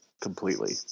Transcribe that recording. completely